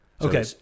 Okay